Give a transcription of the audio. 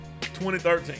2013